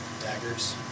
daggers